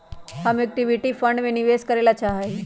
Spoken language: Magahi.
हम इक्विटी फंड में निवेश करे ला चाहा हीयी